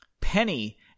Penny